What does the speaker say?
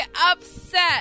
upset